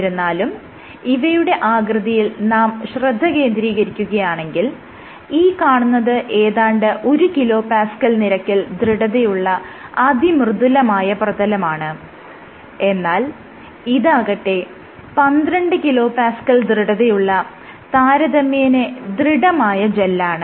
എന്നിരുന്നാലും ഇവയുടെ ആകൃതിയിൽ നാം ശ്രദ്ധ കേന്ദ്രീകരിക്കുകയാണെങ്കിൽ ഈ കാണുന്നത് എന്താണ്ട് 1kPa നിരക്കിൽ ദൃഢതയുള്ള അതിമൃദുലമായ പ്രതലമാണ് എന്നാൽ ഇതാകട്ടെ 12kPa ദൃഢതയുള്ള താരതമ്യേന ദൃഢമായ ജെല്ലാണ്